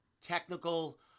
technical